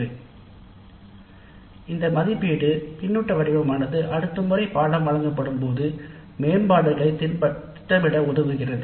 முந்தைய தொகுதியில் நாம் பார்த்தது போல் இந்த மதிப்பீட்டு பின்னூட்ட வடிவமானது பாடத்திட்டத்தை செயல்படுத்துவதில் மேம்பாடுகளைத் திட்டமிடுதலில் உதவுகிறது